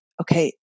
okay